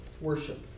worship